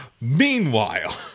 Meanwhile